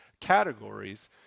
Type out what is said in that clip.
categories